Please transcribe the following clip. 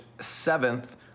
seventh